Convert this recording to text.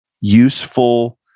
useful